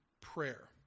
prayer